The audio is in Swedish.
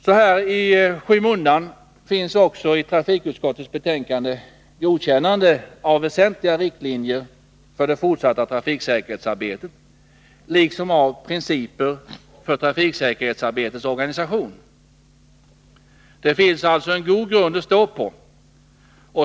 Något i skymundan finns också i trafikutskottets betänkande ett godkännande av väsentliga riktlinjer för det fortsatta trafiksäkerhetsarbetet liksom av principer för dess organisation. Det finns alltså en god grund att stå på.